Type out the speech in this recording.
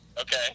Okay